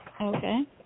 Okay